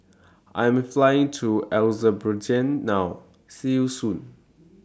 I Am Flying to Azerbaijan now See YOU Soon